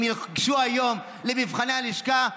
אם ייגשו היום למבחני הלשכה,